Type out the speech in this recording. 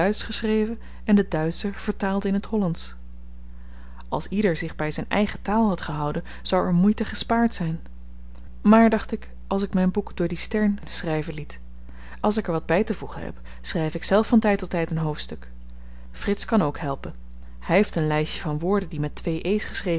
geschreven en de duitscher vertaalde in t hollandsch als ieder zich by zyn eigen taal had gehouden zou er moeite gespaard zyn maar dacht ik als ik myn boek door dien stern schryven liet als ik er wat by te voegen heb schryf ikzelf van tyd tot tyd een hoofdstuk frits kan ook helpen hy heeft een lystje van woorden die met twee e's geschreven